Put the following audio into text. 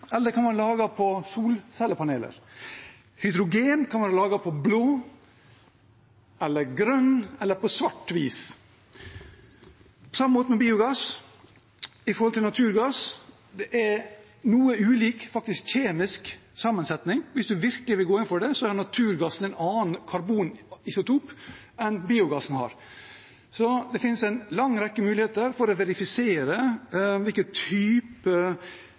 eller det kan være laget på solcellepaneler. Hydrogen kan være laget på blått, grønt eller svart vis. Det er på samme måten med biogass i forhold til naturgass, det er noe ulik kjemisk sammensetning. Hvis man virkelig vil gå inn for det, har naturgassen en annen karbonisotop enn biogassen har. Det finnes en lang rekke muligheter for å verifisere